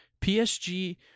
PSG